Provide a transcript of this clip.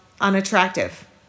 unattractive